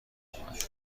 اومد